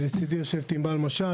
לצדי יושבת ענבל משש,